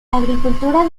agricultura